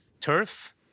turf